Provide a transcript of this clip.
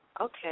Okay